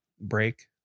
break